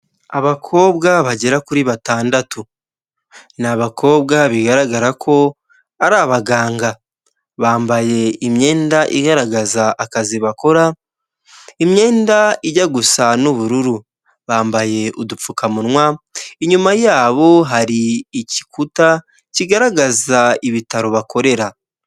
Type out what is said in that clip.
Abakobwa bagera kuri batandatu ni abakobwa bigaragara ko ari abaganga bambaye imyenda igaragaza akazi bakora imyenda ijya gusa n'ubururu bambaye udupfukamunwa inyuma yabo hari igikuta kigaragaza ibitaro bakorera.